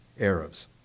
Arabs